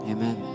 Amen